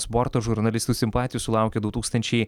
sporto žurnalistų simpatijų sulaukė du tūkstančiai